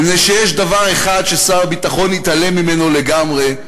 מפני שיש דבר אחד ששר הביטחון התעלם ממנו לגמרי,